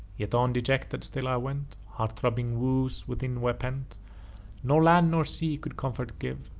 yet on, dejected, still i went heart-throbbing woes within were pent nor land, nor sea, could comfort give,